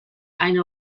einer